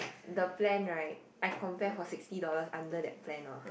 the plan right I compare for sixty dollars under that plan orh